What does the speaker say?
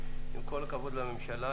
עם כל הכבוד לממשלה,